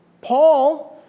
Paul